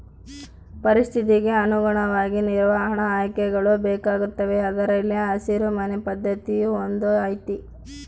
ಪರಿಸ್ಥಿತಿಗೆ ಅನುಗುಣವಾಗಿ ನಿರ್ವಹಣಾ ಆಯ್ಕೆಗಳು ಬೇಕಾಗುತ್ತವೆ ಅದರಲ್ಲಿ ಹಸಿರು ಮನೆ ಪದ್ಧತಿಯೂ ಒಂದು ಐತಿ